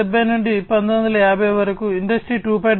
1870 నుండి 1950 వరకు ఇండస్ట్రీ 2